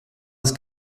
ist